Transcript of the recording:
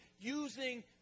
using